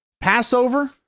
Passover